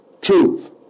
Truth